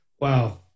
Wow